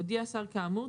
הודיע שר כאמור,